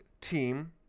team